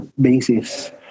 basis